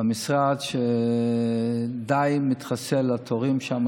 במשרד הוא שדי מתחסלים התורים שם,